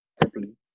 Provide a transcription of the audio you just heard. properly